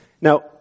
Now